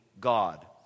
God